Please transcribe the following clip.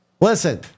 Listen